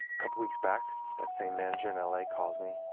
couple weeks back, that same manager in ah la calls me,